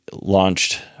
launched